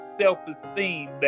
self-esteem